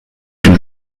dem